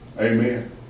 Amen